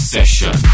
Session